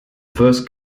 first